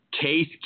Case